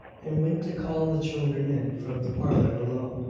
and went to call the children in from the parlour below.